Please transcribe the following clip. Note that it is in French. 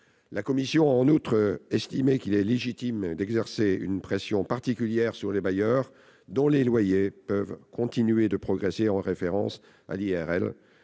La commission a en outre estimé qu'il est légitime d'exercer une pression particulière sur les bailleurs dont les loyers peuvent continuer de progresser par indexation